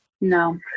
No